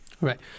Right